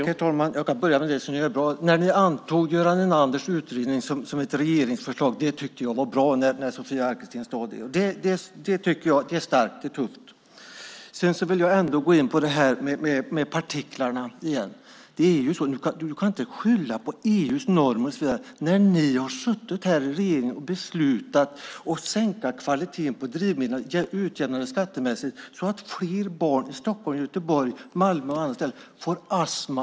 Herr talman! Låt mig börja med det som ni gör bra. Jag tyckte att det var bra när Sofia Arkelsten sade att ni antog Göran Enanders utredning som ett regeringsförslag. Det är starkt. Det är tufft. Sedan vill jag gå in på det här med partiklarna igen. Du kan inte skylla på EU:s normer när regeringen har beslutat att sänka kvaliteten på drivmedlen genom en skattemässig utjämning. Det innebär att fler barn i Stockholm, Göteborg, Malmö och andra städer får astma.